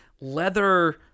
leather